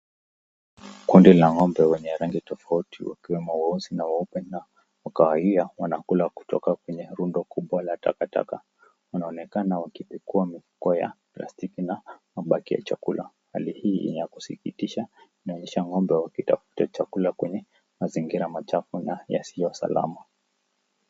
Kundi la ngombe wenye rangi tofauti, wakiwemo weusi, na weupe na, wa kahawia wanakula kutoka kwenye rundo kubwa la takataka, wanaonekana wakipekua mifuko ya, plastiki na, mabaki ya chakula, hali hii ni ya kusikitisha, inaonyesha ngombe wakitafuta chakula kwenye mazingira machafu na yasio salama.